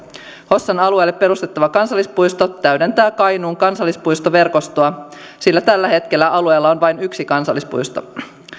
hossan alueelle perustettava kansallispuisto täydentää kainuun kansallispuistoverkostoa sillä tällä hetkellä alueella on vain yksi kansallispuisto